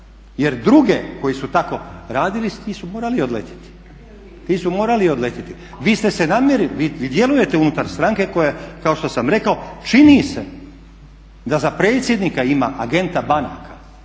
jer druge koji su tako radili ti su morali odletjeti. Vi ste se namjerili, vi djelujete unutar stranke koja kao što sam rekao čini se da za predsjednika ima agenta banaka.